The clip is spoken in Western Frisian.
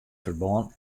ferbân